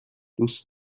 دوست